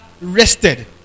rested